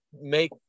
make